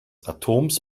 atoms